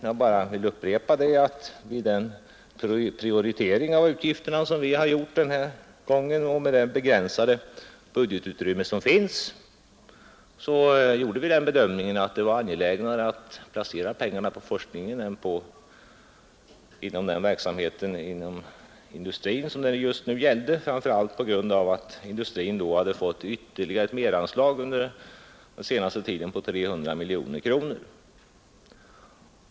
Jag vill bara upprepa att vid vår prioritering av utgifterna den här gången gjorde vi med hänsyn till det begränsade budgetutrymmet den bedömningen att det var angelägnare att placera pengarna på forskningen än på den verksamhet inom industrin som det just nu gällde, framför allt på grund av att industrin hade fått ytterligare ett meranslag under den senaste tiden på 300 miljoner kronor.